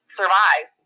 survive